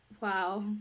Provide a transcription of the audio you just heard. wow